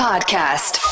podcast